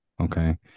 okay